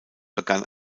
begann